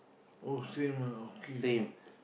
oh same lah okay okay